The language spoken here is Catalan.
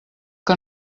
que